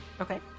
Okay